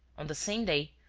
on the same day,